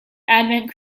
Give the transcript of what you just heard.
advent